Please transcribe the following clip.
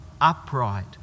upright